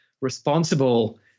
responsible